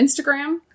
Instagram